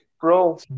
bro